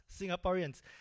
Singaporeans